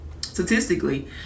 statistically